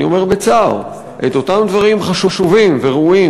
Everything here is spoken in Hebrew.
אומר בצער: את אותם דברים חשובים וראויים,